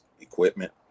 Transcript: equipment